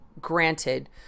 granted